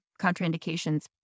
contraindications